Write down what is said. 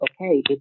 okay